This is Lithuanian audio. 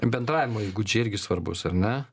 bendravimo įgūdžiai irgi svarbūs ar ne